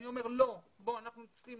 אני אומר, לא, אנחנו צריכים